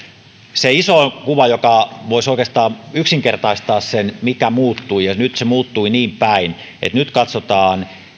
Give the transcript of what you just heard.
se iso kuva joka voisi oikeastaan yksinkertaistaa sen mikä muuttui muuttui nyt niinpäin että nyt katsotaan